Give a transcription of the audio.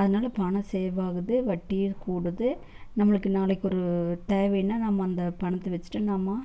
அதனால் பணம் சேவாகுது வட்டியும் கூடுது நம்மளுக்கு நாளைக்கு ஒரு தேவைனால் அந்த பணத்தை வச்சிட்டு நம்ப